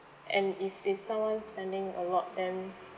and if it's someone spending a lot then